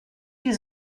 die